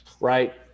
right